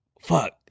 fuck